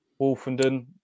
Wolfenden